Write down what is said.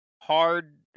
Hard